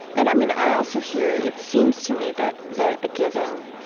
and i mean, i also hear it seems to me that that a given